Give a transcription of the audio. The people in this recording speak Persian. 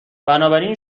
بنابراین